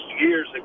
years